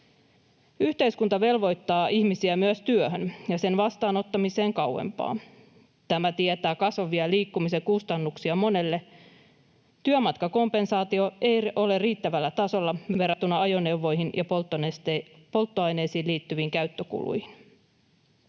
Yhteiskunta velvoittaa ihmisiä myös työhön ja sen vastaanottamiseen kauempaa. Tämä tietää kasvavia liikkumisen kustannuksia monelle. Työmatkakompensaatio ei ole riittävällä tasolla verrattuna ajoneuvoihin ja polttoaineisiin liittyviin käyttökuluihin.